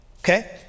okay